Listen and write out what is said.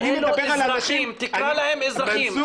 אני מדבר על אנשים ש- -- תקרא להם אזרחים,